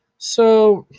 so,